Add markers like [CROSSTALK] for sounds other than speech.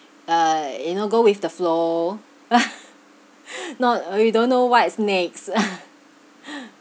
uh you know go with the flow [LAUGHS] not we don't know what is next [LAUGHS]